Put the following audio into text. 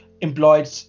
employed